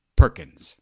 perkins